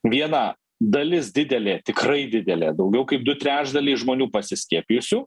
viena dalis didelė tikrai didelė daugiau kaip du trečdaliai žmonių pasiskiepijusių